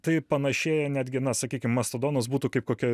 tai panašėja netgi na sakykim mastodonas būtų kaip kokia